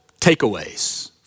takeaways